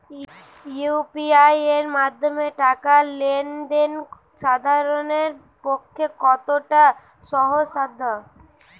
UPI এর মাধ্যমে টাকা লেন দেন সাধারনদের পক্ষে কতটা সহজসাধ্য?